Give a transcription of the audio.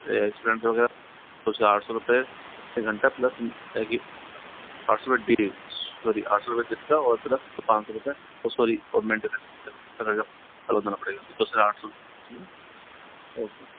स्पलेन्डर वगैरह उसका आठ सौ रुपए प्रति घंटा प्लस आठ सौ रुपए डेली सॉरी आठ सौ रुपए दिन का और प्लस पाँच सौ रुपए मैन्टाइननस का रहेगा अलग देना पड़ेगा